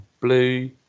blue